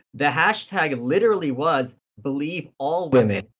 the hashtag literally was believe all women.